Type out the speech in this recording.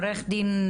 תודה, עורך דין,